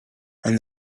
and